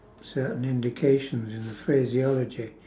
certain indications in the phraseology